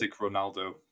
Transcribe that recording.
Ronaldo